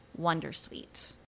Wondersuite